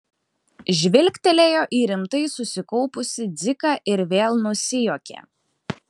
žvilgtelėjo į rimtai susikaupusį dziką ir vėl nusijuokė